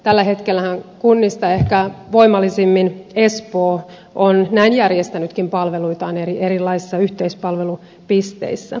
tällä hetkellähän kunnista ehkä voimallisimmin espoo on näin järjestänytkin palveluitaan erilaisissa yhteispalvelupisteissä